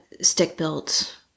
stick-built